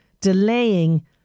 delaying